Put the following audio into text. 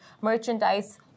merchandise